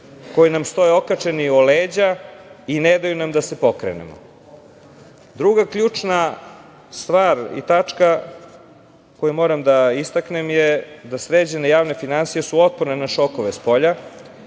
koji nam stoje okačeni o leđa i ne daju nam da se pokrenemo. Druga ključna stvar i tačka koju moram da istaknem je da su sređene javne finansije otporne na šokove spolja,